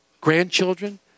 grandchildren